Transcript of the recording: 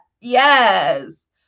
Yes